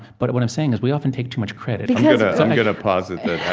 but what i'm saying is we often take too much credit yeah i'm going to posit that